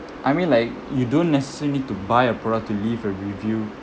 I mean like you don't necessarily need to buy a product to leave a review